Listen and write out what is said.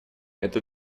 это